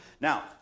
Now